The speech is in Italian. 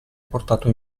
portato